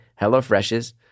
HelloFreshes